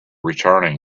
returning